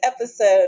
episode